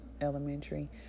elementary